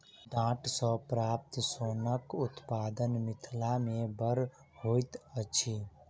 डांट सॅ प्राप्त सोनक उत्पादन मिथिला मे बड़ होइत अछि